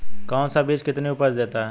कौन सा बीज कितनी उपज देता है?